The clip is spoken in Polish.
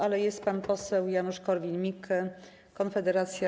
Ale jest pan poseł Janusz Korwin-Mikke, Konfederacja.